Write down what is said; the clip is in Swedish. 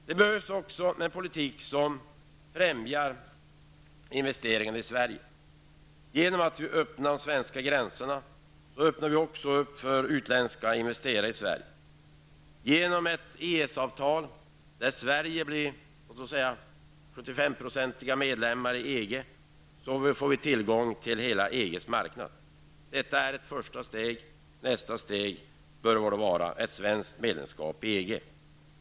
Det behövs även en politik som främjar investeringar i Sverige. Om vi öppnar de svenska gränserna, öppnar vi också för utländska investerare i Sverige. Genom ett EES-avtal som går ut på att Sverige blir medlemmar 75 % i EG, får vi tillgång till hela EGs marknad. Detta är ett första steg. Nästa steg bör vara ett svenskt medlemskap i EG.